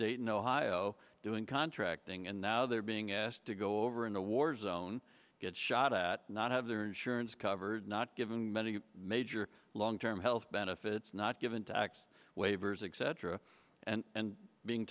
dayton ohio doing contracting and now they're being asked to go over in a war zone get shot at not have their insurance covered not giving many major long term health benefits not given tax waivers excedrin and being